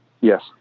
Yes